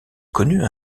connut